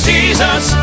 Jesus